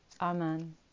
Amen